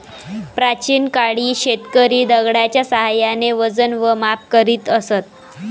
प्राचीन काळी शेतकरी दगडाच्या साहाय्याने वजन व माप करीत असत